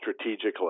strategically